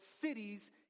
cities